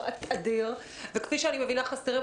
התוצאה היא שאנחנו לא יכולים להעסיק נהג,